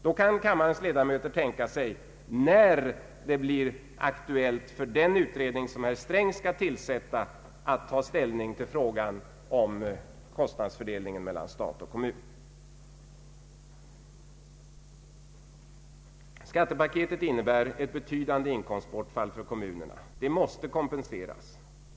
Då kan kammarens ledamöter tänka sig när det kan bli aktuellt för den utredning som herr Sträng skall tillsätta att ta ställning till frågan om kostnadsfördelningen mellan stat och kommun. Skattepaketet innebär ett betydande inkomstbortfall för kommunerna. Detta måste kompenseras.